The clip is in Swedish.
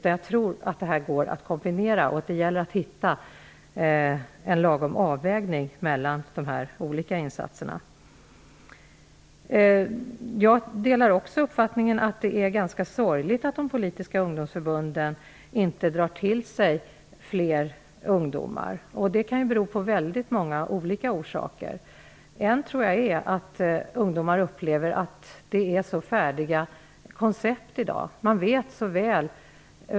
Jag tror att det här går att kombinera, och det gäller att hitta en lagom avvägning mellan de olika insatserna. Jag delar också uppfattningen att det är ganska sorgligt att de politiska ungdomsförbunden inte drar till sig fler ungdomar. Det kan ju ha väldigt många olika orsaker. En tror jag är att ungdomar upplever att det i dag är fråga om så färdiga koncept.